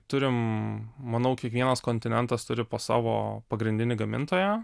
turim manau kiekvienas kontinentas turi po savo pagrindinį gamintoją